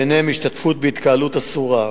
וביניהן השתתפות בהתקהלות אסורה,